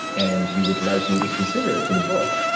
and you would like me to consider it for the book,